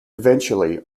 eventually